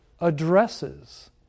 addresses